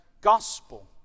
gospel